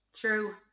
true